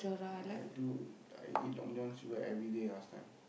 I do I eat Long-John-Silvers everyday last time